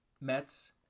Mets